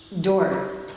door